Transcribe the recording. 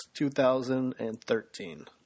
2013